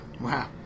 Wow